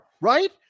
right